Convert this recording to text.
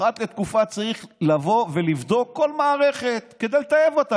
אחת לתקופה צריך לבוא ולבדוק כל מערכת כדי לטייב אותה,